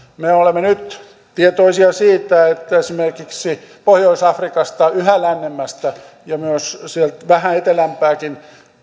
me olemme nyt tietoisia siitä että esimerkiksi pohjois afrikasta yhä lännemmästä ja myös sieltä vähän etelämpääkin